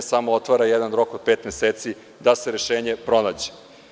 Samo otvara jedan rok od pet meseci da se rešenje pronađe.